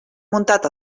muntat